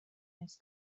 this